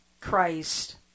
Christ